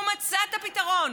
הוא מצא את הפתרון,